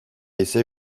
ise